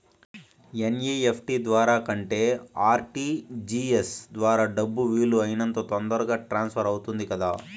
NEFT ద్వారా కంటే RTGS ద్వారా డబ్బు వీలు అయినంత తొందరగా ట్రాన్స్ఫర్ అవుతుంది కదా